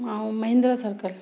ऐं महेन्द्रा सर्कल